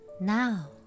Now